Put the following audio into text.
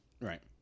Right